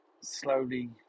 slowly